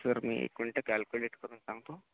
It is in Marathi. सर मी एक मिनटं कॅल्क्युलेट करून सांगतो